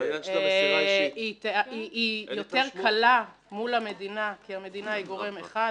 היא יותר קלה מול המדינה כי המדינה היא גורם אחד,